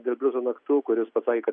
dėl bliuzo naktų kuris pasakė kad